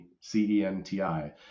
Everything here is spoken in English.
C-E-N-T-I